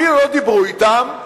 אפילו לא דיברו אתם,